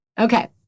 Okay